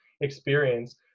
experience